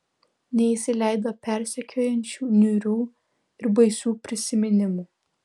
neįsileido persekiojančių niūrių ir baisių prisiminimų